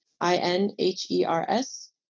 I-N-H-E-R-S